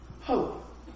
hope